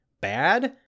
bad